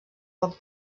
poc